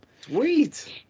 Sweet